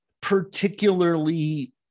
particularly